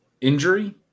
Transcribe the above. injury